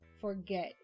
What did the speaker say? forget